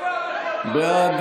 בעד,